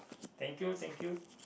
thank you thank you